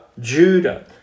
Judah